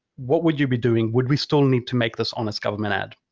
what would you be doing? would we still need to make this honest government ad?